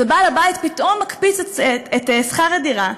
ובעל-הבית פתאום מקפיץ את שכר הדירה,